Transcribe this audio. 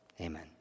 Amen